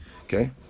Okay